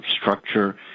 structure